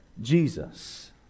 Jesus